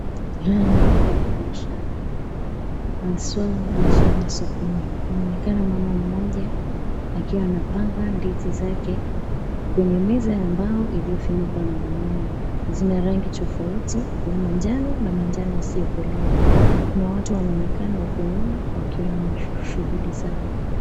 Haya ni mandhari ya biashara haswa biashara ya sokoni inaonekana mama mmoja akiwa anapanga ndizi zake kwenye meza ya mbao iliyofinikwa na gunia zina rangi tofauti ya manjano na manjano isiyokolea kuna watu wanaonekana huko nyuma wakiwa na mashughuli zao.